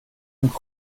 und